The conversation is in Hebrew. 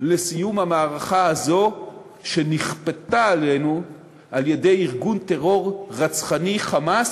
לסיום המערכה הזאת שנכפתה עלינו על-ידי ארגון הטרור הרצחני "חמאס",